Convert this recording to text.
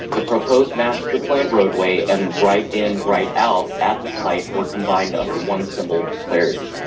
the proposed master plan roadway, and right in, right out at the site were combined under one symbol clarity.